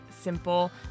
simple